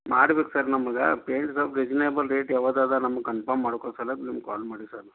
ಮಾಡ್ಬೇಕು ಸರ್ ನಮಗೆ ಪೇಂಯ್ಟ್ದ ರೀಸ್ನೇಬಲ್ ರೇಟ್ ಯಾವ್ದು ಇದೆ ನಮಗೆ ಕನ್ಫರ್ಮ್ ಮಾಡ್ಕೋ ಸಲ್ವಾಗ್ ನಿಮ್ಗೆ ಕಾಲ್ ಮಾಡೀವಿ ಸರ್